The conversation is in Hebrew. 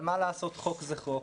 אבל מה לעשות, חוק זה חוק,